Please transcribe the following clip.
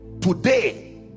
today